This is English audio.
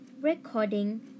recording